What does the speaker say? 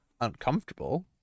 uncomfortable